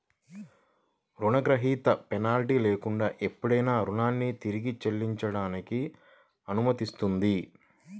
రుణగ్రహీత పెనాల్టీ లేకుండా ఎప్పుడైనా రుణాన్ని తిరిగి చెల్లించడానికి అనుమతిస్తుంది